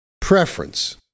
preference